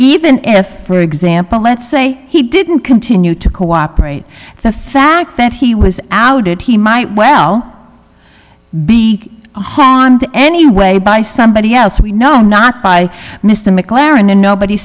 even if for example let's say he didn't continue to cooperate the fact that he was outed he might well b anyway by somebody else we know not by mr mclaren the nobody